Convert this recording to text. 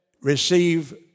receive